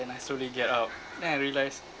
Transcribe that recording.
I slowly get up then I realised